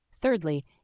Thirdly